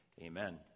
amen